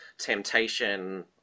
temptation